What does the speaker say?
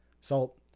salt